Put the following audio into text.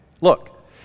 Look